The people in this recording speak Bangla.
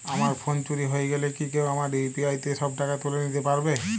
আমার ফোন চুরি হয়ে গেলে কি কেউ আমার ইউ.পি.আই দিয়ে সব টাকা তুলে নিতে পারবে?